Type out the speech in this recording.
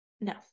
No